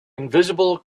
invisible